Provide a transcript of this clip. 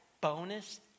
bonus